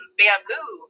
bamboo